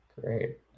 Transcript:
Great